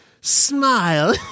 smile